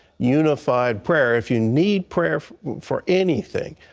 unified prayer. if you need prayer for anything,